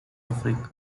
africa